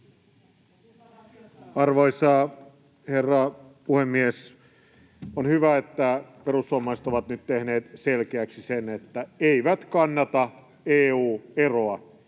Arvoisa herra puhemies! On hyvä, että perussuomalaiset ovat nyt tehneet selkeäksi sen, että eivät kannata EU-eroa.